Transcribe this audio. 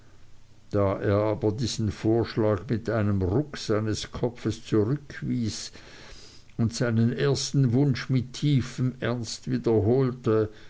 diesen vorschlag mit einem ruck seines kopfes zurückwies und seinen ersten wunsch mit tiefstem ernst wiederholte